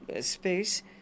space